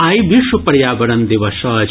आइ विश्व पर्यावरण दिवस अछि